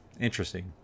interesting